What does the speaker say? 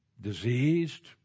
diseased